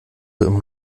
immer